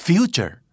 Future